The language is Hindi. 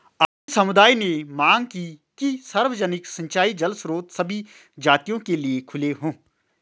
अहीर समुदाय ने मांग की कि सार्वजनिक सिंचाई जल स्रोत सभी जातियों के लिए खुले हों